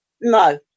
No